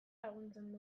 laguntzen